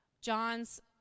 John's